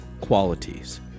qualities